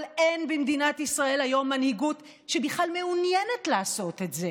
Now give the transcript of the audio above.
אבל אין במדינת ישראל היום מנהיגות שבכלל מעוניינת לעשות את זה.